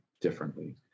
differently